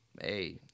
Hey